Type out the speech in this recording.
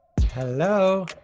Hello